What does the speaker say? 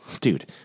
dude